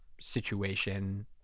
situation